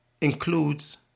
includes